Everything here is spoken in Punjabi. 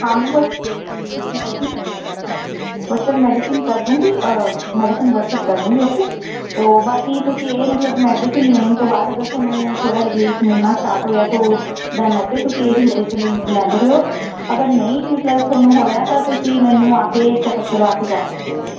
ਹਾਂ ਬਟ ਮੈਡੀਸਨ ਵਟਸਅੱਪ ਮੈਡੀਸਨ ਕਰ ਦੂਗੀ ਮੈਡੀਸਨ ਵਟਸਅੱਪ ਕਰ ਦੂਗੀ ਓਕੇ ਤੋ ਬਾਕੀ ਤੁਸੀ ਇਹ ਮਤਲਬ ਮੈਡੀਸਨ ਲੈਣ ਤੋਂ ਬਾਅਦ ਅਗਰ ਤੁਹਾਨੂੰ ਥੋੜਾ ਰਲੀਫ ਮਿਲਣਾ ਸਟਾਰਟ ਹੋਇਆ ਤੋ ਦੈਨ ਓਕੇ ਤੁਸੀਂ ਇਹੀ ਮੈਡੀਸਨ ਲੈਂਦੇ ਰਹਿਓ ਅਗਰ ਨਹੀਂ ਵੀ ਮਤਲਬ ਤੁਹਾਨੂੰ ਹੋਇਆ ਤਾਂ ਤੁਸੀ ਮੈਨੂੰ ਆ ਕੇ ਚੈਕ ਅੱਪ ਕਰਵਾ ਕੇ ਜਾ ਸਕਦੇ ਹੋ